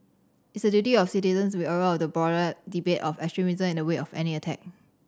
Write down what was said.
it's the duty of citizens to be aware of the broader debate of extremism in the wake of any attack